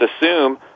assume